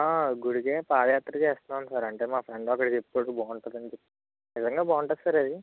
గుడికే పాదయాత్ర చేస్తున్నాము సార్ అంటే మా ఫ్రెండ్ ఒకడు చెప్పాడు బాగుంటుందని నిజంగా బాగుంటుందా సార్ అది